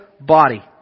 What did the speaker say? body